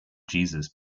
jesus